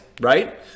right